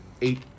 Eight